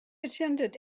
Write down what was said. attended